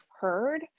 heard